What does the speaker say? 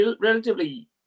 relatively